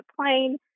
plane